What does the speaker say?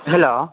hello